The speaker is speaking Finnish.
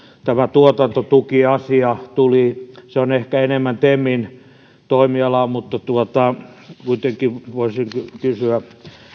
tämä tuotantotukiasia tuli se on ehkä enemmän temin toimialaa mutta kuitenkin voisin kysyä